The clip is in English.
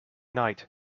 night